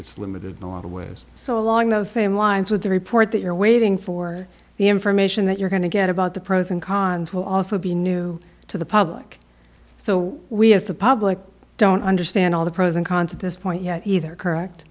it's limited no other way so along those same lines with the report that you're waiting for the information that you're going to get about the pros and cons will also be new to the public so we as the public don't understand all the pros and cons of this point yet either correct